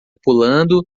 pulando